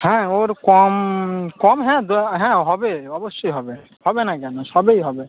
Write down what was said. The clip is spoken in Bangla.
হ্যাঁ ওর কম কম হ্যাঁ দ হ্যাঁ হবে অবশ্যই হবে হবে না কেন সবেই হবে